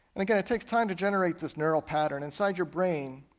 and again it takes time to generate this neural pattern inside your brain,